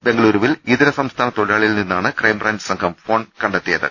ബെങ്ക ലൂരുവിൽ ഇതര സംസ്ഥാന തൊഴിലാളിയിൽ നിന്നാണ് ക്രൈബ്രാഞ്ച് സംഘം ഫോൺ കണ്ടെടുത്തത്